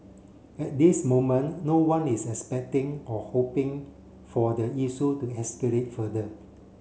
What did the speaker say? at this moment no one is expecting or hoping for the issue to escalate further